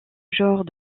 genre